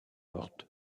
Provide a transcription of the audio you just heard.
morte